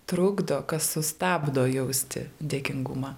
trukdo kas sustabdo jausti dėkingumą